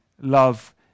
love